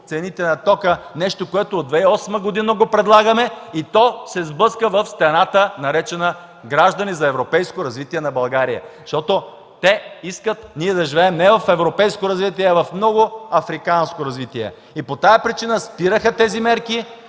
цените на тока – нещо, което предлагаме от 2008 година, и то се сблъска в стената, наречена „Граждани за европейско развитие на България”, защото те искат ние да живеем не европейско развитие, а в много африканско развитие. Поради тази причина спираха тези мерки,